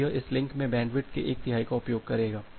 तो यह इस लिंक में बैंडविड्थ के एक तिहाई का उपयोग करेगा